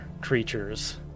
creatures